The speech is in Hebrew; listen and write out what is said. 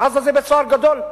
עזה זה בית-סוהר גדול.